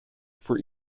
for